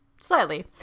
Slightly